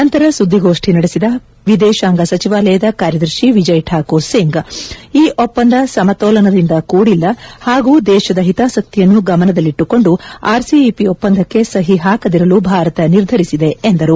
ನಂತರ ಸುದ್ದಿಗೋಷ್ಠಿ ನಡೆಸಿದ ವಿದೇಶಾಂಗ ಸಚಿವಾಲಯದ ಕಾರ್ಯದರ್ಶಿ ವಿಜಯ್ ಠಾಕೂರ್ ಸಿಂಗ್ ಈ ಒಪ್ಸಂದ ಸಮತೋಲನದಿಂದ ಕೂಡಿಲ್ಲ ಹಾಗೂ ದೇಶದ ಹಿತಾಸಕ್ತಿಯನ್ನು ಗಮನದಲ್ಲಿಟ್ಟುಕೊಂಡು ಆರ್ಸಿಇಪಿ ಒಪ್ಸಂದಕ್ಕೆ ಸಹಿ ಹಾಕದಿರಲು ಭಾರತ ನಿರ್ಧರಿಸಿದೆ ಎಂದರು